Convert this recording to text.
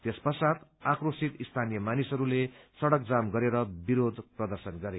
त्यस पश्चात आक्रोशित स्थानीय मानिसहरूले सड़क जाम गरेर विरोध प्रदर्शन गरे